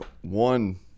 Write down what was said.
one